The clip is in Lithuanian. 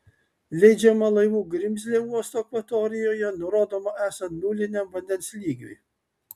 leidžiama laivų grimzlė uosto akvatorijoje nurodoma esant nuliniam vandens lygiui